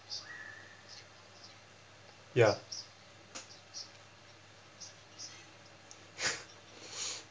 ya